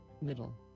Middle